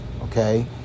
okay